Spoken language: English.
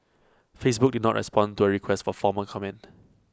Facebook did not respond to A request for formal comment